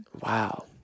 Wow